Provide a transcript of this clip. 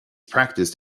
practiced